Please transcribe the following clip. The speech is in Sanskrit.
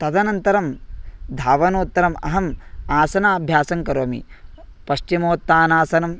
तदनन्तरं धावनोत्तरम् अहम् आसनाभ्यासं करोमि पश्चिमित्तानासनं